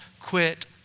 quit